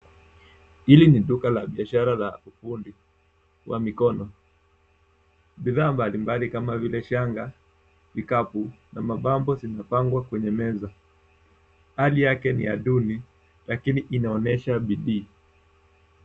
Hili ni duka la biashara la ufundi wa mikono. Bidhaa mbalimbali kama vile shanga, mikapu na mapambo zimepangwa kwenye meza. Hali yake ni ya duni lakini inaonyesha bidii.